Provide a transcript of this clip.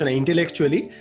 intellectually